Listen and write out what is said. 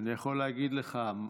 אני יכול להגיד לך,